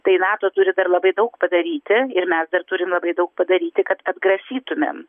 tai nato turi dar labai daug padaryti ir mes dar turim labai daug padaryti kad atgrasytumėm